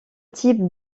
type